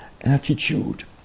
attitude